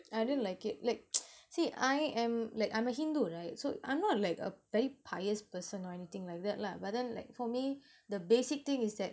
I didn't like see I am like I'm a hindu right so I'm not like a very pious person or anything like that lah but then like for me the basic thing is that